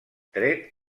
tret